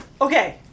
Okay